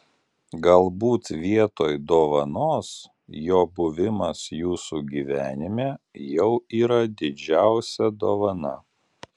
galbūt vietoj dovanos jo buvimas jūsų gyvenime jau yra didžiausia dovana